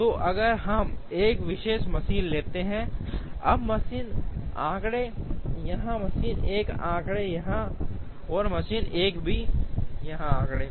तो अगर हम एक विशेष मशीन लेते हैं अब मशीन आंकड़े यहां मशीन 1 आंकड़े यहां और मशीन 1 भी यहाँ आंकड़े